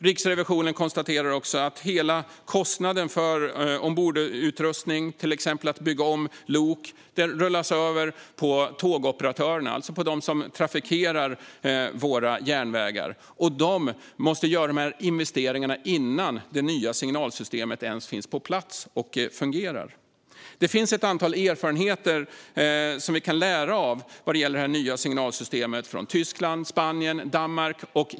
Riksrevisionen konstaterar också att hela kostnaden för ombordutrustning, till exempel att bygga om lok, rullas över på tågoperatörerna, alltså de som trafikerar våra järnvägar. Och de måste göra investeringarna innan det nya signalsystemet ens finns på plats och fungerar. Det finns ett antal erfarenheter från Tyskland, Spanien och Danmark som vi kan lära av vad gäller det nya signalsystemet.